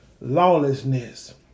lawlessness